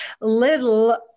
little